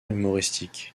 humoristique